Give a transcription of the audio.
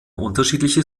unterschiedliche